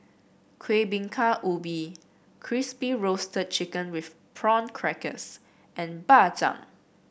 Kueh Bingka Ubi Crispy Roasted Chicken with Prawn Crackers and Bak Chang